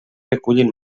recullin